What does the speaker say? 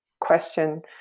question